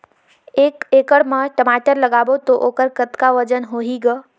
एक एकड़ म टमाटर लगाबो तो ओकर कतका वजन होही ग?